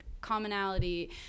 commonality